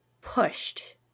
pushed